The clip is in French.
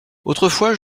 autrefois